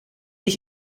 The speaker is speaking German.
ich